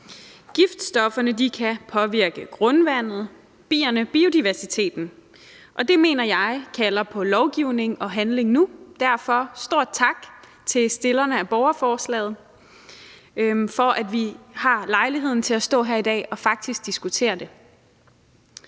Giftstofferne kan påvirke grundvandet, bierne og biodiversiteten, og det mener jeg kalder på lovgivning og handling nu, derfor et stort tak til stillerne af borgerforslaget for, at vi har lejligheden til at stå her i dag og faktisk diskutere det.